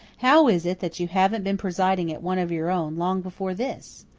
how is it that you haven't been presiding at one of your own long before this?